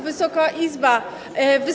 Wysoka Izbo!